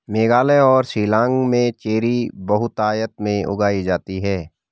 मेघालय और शिलांग में चेरी बहुतायत में उगाई जाती है